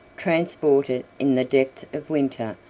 transported, in the depth of winter,